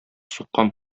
суккан